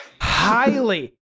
Highly